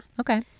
Okay